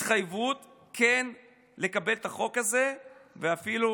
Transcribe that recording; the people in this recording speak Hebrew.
התחייבות לקבל את החוק הזה ואפילו